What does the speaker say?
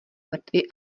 mrtvý